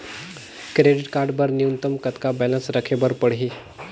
Credit card बर न्यूनतम कतका बैलेंस राखे बर पड़ही?